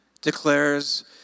declares